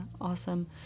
awesome